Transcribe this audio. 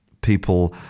People